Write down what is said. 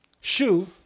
Shoe